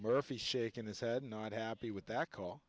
murphy shaking his head not happy with that call